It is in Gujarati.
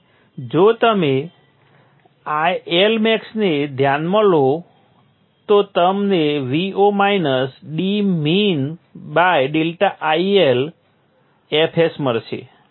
તેથી જો તમે Lmax ને ધ્યાનમાં લો તો તમને Vo dmin ∆IL fs મળશે